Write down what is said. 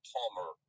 Palmer